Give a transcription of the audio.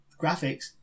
Graphics